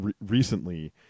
recently